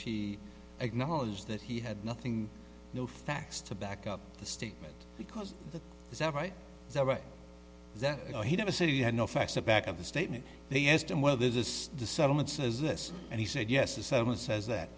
he acknowledged that he had nothing no facts to back up the statement because that is that right there right that he never said he had no facts to back up the statement they asked him well this is the settlement says this and he said yes the settlement says that